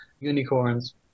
unicorns